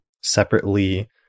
separately